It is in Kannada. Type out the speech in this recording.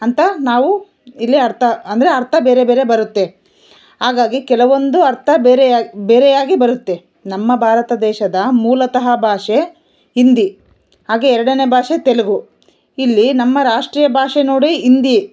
ಅಂತ ನಾವು ಇಲ್ಲಿ ಅರ್ಥ ಅಂದರೆ ಅರ್ಥ ಬೇರೆ ಬೇರೆ ಬರುತ್ತೆ ಹಾಗಾಗಿ ಕೆಲವೊಂದು ಅರ್ಥ ಬೇರೆಯಾಗಿ ಬೇರೆಯಾಗಿ ಬರುತ್ತೆ ನಮ್ಮ ಭಾರತ ದೇಶದ ಮೂಲತಃ ಭಾಷೆ ಹಿಂದಿ ಹಾಗೆ ಎರಡನೇ ಭಾಷೆ ತೆಲುಗು ಇಲ್ಲಿ ನಮ್ಮ ರಾಷ್ಟ್ರೀಯ ಭಾಷೆ ನೋಡಿ ಹಿಂದಿ